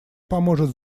поможет